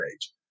age